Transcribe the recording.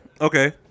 Okay